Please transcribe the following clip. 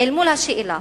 אל מול השאלה: